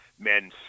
men